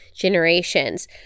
generations